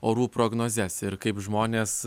orų prognozes ir kaip žmonės